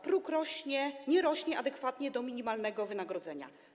Próg nie rośnie adekwatnie do minimalnego wynagrodzenia.